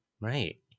Right